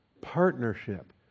Partnership